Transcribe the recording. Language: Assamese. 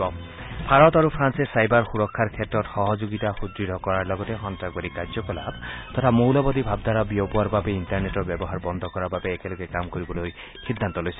ভাৰত আৰু ফ্ৰালে ছাইবাৰ সুৰক্ষাৰ ক্ষেত্ৰত সহযোগিতা সুদ্ঢ় কৰাৰ লগতে সন্নাসবাদী কাৰ্যকলাপ তথা মৌলবাদী ভাবধাৰা বিয়পোৱাৰ বাবে ইণ্টাৰনেটৰ ব্যৱহাৰ বন্ধ কৰাৰ বাবে একেলগে কাম কৰিবলৈ সিদ্ধান্ত লৈছে